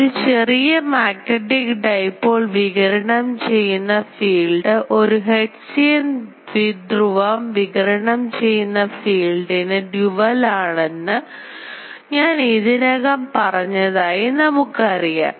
ഒരു ചെറിയ magnetic dipole വികിരണം ചെയ്യുന്ന ഫീൽഡ് ഒരു ഹെർട്ട്സിയൻ ദ്വിധ്രുവം വികിരണം ചെയ്യുന്ന ഫീൽഡിന് ഡ്യൂവൽണെന്ന് ഞാൻ ഇതിനകം പറഞ്ഞതായി നമുക്കറിയാം